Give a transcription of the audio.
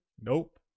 Nope